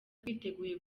twiteguye